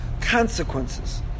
consequences